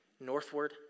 northward